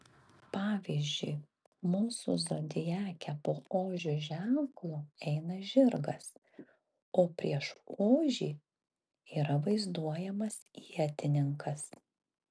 pavyzdžiui mūsų zodiake po ožio ženklo eina žirgas o prieš ožį yra vaizduojamas ietininkas